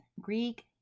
Greek